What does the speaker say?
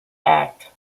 act